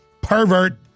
pervert